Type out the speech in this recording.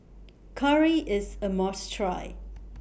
Curry IS A must Try